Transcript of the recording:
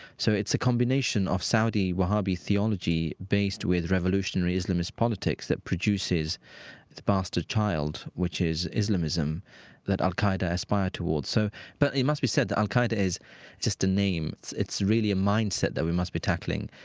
so it's a combination of saudi wahhabi theology based with revolutionary islamists politics that produces the bastard child which is islamism that al-qaeda aspire towards. so but it must be said that al-qaeda is just a name. it's it's really a mind-set that we must be tackling,